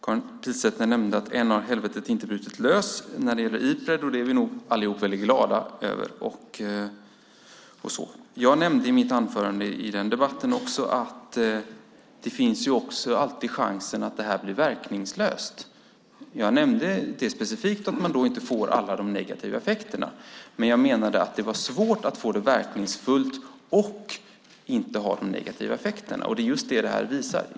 Karin Pilsäter sade: Än har inte helvetet brutit löst när det gäller Ipred. Det är vi nog allihop väldigt glada över. Jag nämnde i mitt anförande i den debatten att det alltid finns en chans att det här blir verkningslöst. Jag nämnde specifikt att man då inte får alla de negativa effekterna. Men jag menade att det var svårt att få detta verkningsfullt utan att få de negativa effekterna. Det är just det som det här visar.